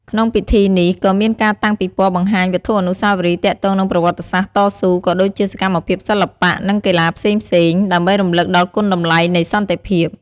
ក្នុងពិធីនេះ ក៏មានការតាំងពិព័រណ៍បង្ហាញវត្ថុអនុស្សាវរីយ៍ទាក់ទងនឹងប្រវត្តិសាស្ត្រតស៊ូ ក៏ដូចជាសកម្មភាពសិល្បៈ និងកីឡាផ្សេងៗ ដើម្បីរំលឹកដល់គុណតម្លៃនៃសន្តិភាព។